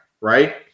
right